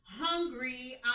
hungry